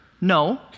No